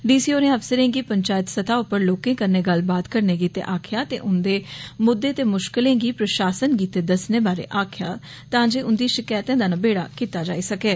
D C होरें अफसरें गी पंचायत सतह उप्पर लोकें कननै गल्लबात करने गित्ते आक्खेआ ते उन्दे मुद्दे ते मुशकलें गी प्रशासन गित्ते दस्सने बारै आक्खेआ तां जे उन्दी शकैतें दा नबेड़ा कीता जाई सकै